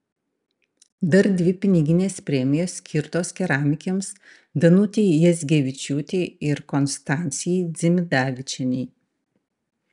dar dvi piniginės premijos skirtos keramikėms danutei jazgevičiūtei ir konstancijai dzimidavičienei